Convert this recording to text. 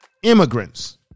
Immigrants